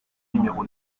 numéro